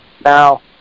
Now